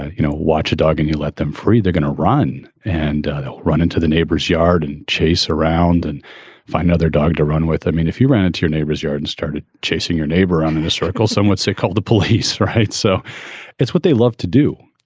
you know, watch a dog and you let them free, they're gonna run and run into the neighbor's yard and chase around and find other dog to run with. i mean, if you ran into your neighbor's yard and started chasing your neighbor around in a circle, some would say call the police or hide. so it's what they love to do.